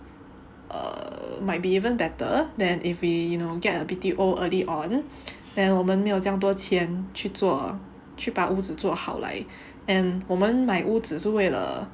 err might be even better than if we you know get a B_T_O early on then 我们没有这样多钱去做去把屋子做好好来 and 我们买屋子是为了